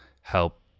help